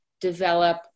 develop